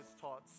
taught